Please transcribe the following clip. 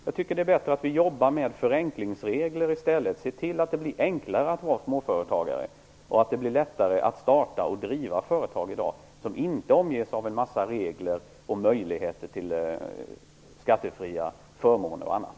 Jag tycker att det är bättre att vi jobbar med förenklingsregler i stället, ser till att det blir enklare att vara småföretagare och lättare att starta och driva företag. Det skall inte omges av en mängd regler och möjligheter till skattefria förmåner och annat.